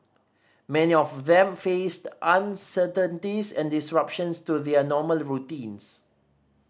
many of them faced uncertainties and disruptions to their normal routines